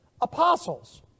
apostles